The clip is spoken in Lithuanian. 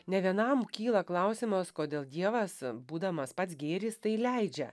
ne vienam kyla klausimas kodėl dievas a būdamas pats gėris tai leidžia